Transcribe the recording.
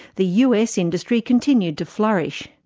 the us industry continued to flourish.